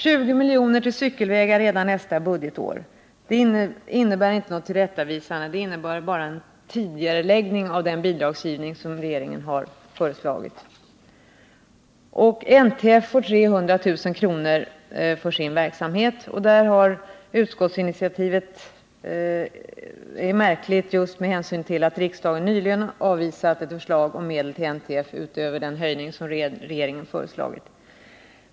20 miljoner till cykelvägar redan nästa budgetår. — Det innebär inte något tillrättavisande utan bara en tidigareläggning av den bidragsgivning som regeringen har föreslagit. NTF får 300 000 kr. till sin verksamhet. — Ett märkligt utskottsinitiativ just med hänsyn till att riksdagen nyligen avvisat ett förslag om medel till NTF utöver den höjning som regeringen föreslagit.